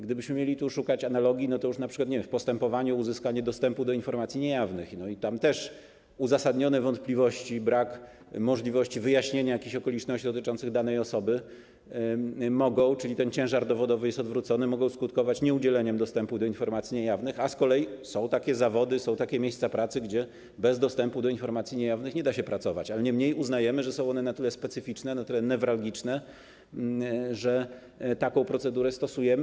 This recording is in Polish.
Gdybyśmy mieli tu szukać analogii, to np. w postępowaniu dotyczącym uzyskania dostępu do informacji niejawnych też uzasadnione wątpliwości, brak możliwości wyjaśnienia jakichś okoliczności dotyczących badań osoby, czyli ten ciężar dowodowy jest odwrócony, mogą skutkować nieudzieleniem dostępu do informacji niejawnych, a z kolei są takie zawody, są takie miejsca pracy, gdzie bez dostępu do informacji niejawnych nie da się pracować, niemniej uznajemy, że są one na tyle specyficzne, na tyle newralgiczne, że taką procedurę stosujemy.